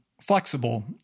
flexible